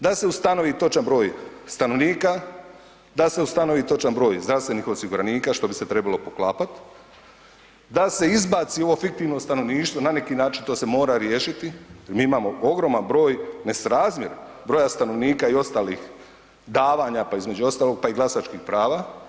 Da se ustanovi točan broj stanovnika, da se ustanovi točan broj zdravstvenih osiguranika što bi se trebalo poklapati, da se izbaci ovo fiktivno stanovništvo na neki način to se mora riješiti jer mi imamo ogroman broj, nesrazmjer broja stanovnika i ostalih davanja pa između ostalog pa i glasačkih prava.